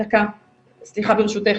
סליחה, ברשותך.